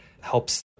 helps